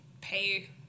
pay